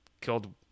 killed